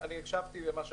הקשבתי למה שאמרת,